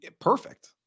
perfect